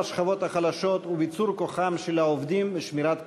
החלשות וביצור כוחם של העובדים ושמירת כבודם.